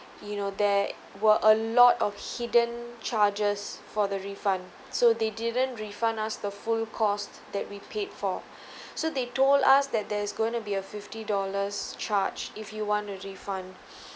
you know there were a lot of hidden charges for the refund so they didn't refund us the full cost that we paid for so they told us that there's going to be a fifty dollars charge if you want to refund